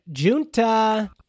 Junta